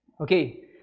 Okay